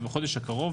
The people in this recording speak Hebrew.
ובחודש הקרוב